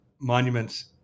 monuments